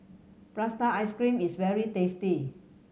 prata ice cream is very tasty